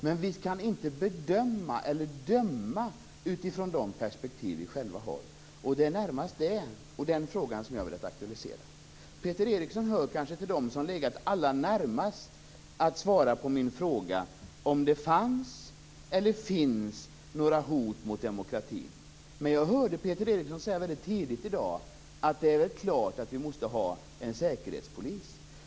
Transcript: Men vi kan inte bedöma eller döma utifrån de perspektiv som vi själva har. Det är närmast den frågan som jag har velat aktualisera. Peter Eriksson hör till dem som har varit allra närmast att svara på min fråga om det fanns eller finns några hot mot demokratin. Jag hörde Peter Eriksson säga tidigt i dag att det är klart att vi måste ha en säkerhetspolis.